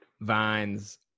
vines